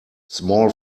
small